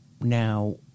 now